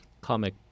comic